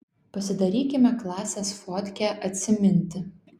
pasidarykime klasės fotkę atsiminti